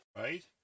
right